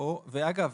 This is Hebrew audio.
אגב,